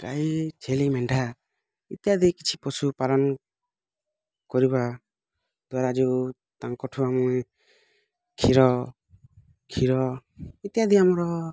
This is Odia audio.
ଗାଈ ଛେଳି ମେଣ୍ଢା ଇତ୍ୟାଦି କିଛି ପଶୁ ପାଳନ କରିବା ଦ୍ୱାରା ଯେଉଁ ତାଙ୍କଠୁ ଆମେ କ୍ଷୀର କ୍ଷୀର ଇତ୍ୟାଦି ଆମର